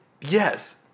Yes